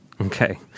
Okay